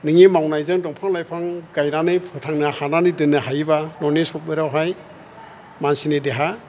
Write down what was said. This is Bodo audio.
बिनि मावनायजों दंफां लाइफां गानायनानै फोथांनो हानानै दोननो हायोबा न'नि सक बेराफ्रावहाय मानसिनि देहा